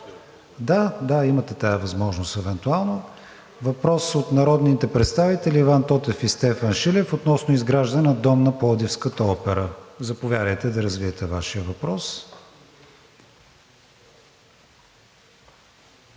да, имате тази възможност евентуално. Въпроси от народните представители Иван Тотев и Стефан Шилев относно изграждане на Дом на Пловдивската опера. Заповядайте да развиете Вашия въпрос.